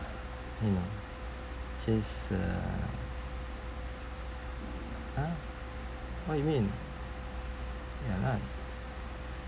you know since err !huh! what you mean ya